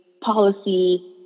policy